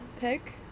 pick